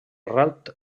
rat